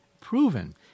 proven